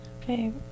Okay